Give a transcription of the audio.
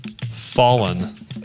Fallen